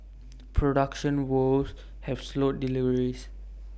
production woes have slowed deliveries